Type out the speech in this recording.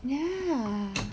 ya